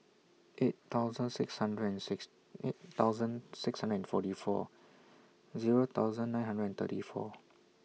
eight thousand six hundred and six eight thousand six hundred and forty four Zero thousand nine hundred and thirty four